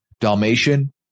Dalmatian